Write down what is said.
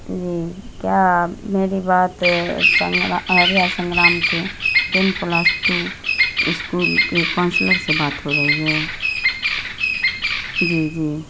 جی کیا میری بات سنگ آریہ سنگرام کے ٹین پلس ٹو اسکول کے کاؤنسلر سے بات ہو رہی ہے جی جی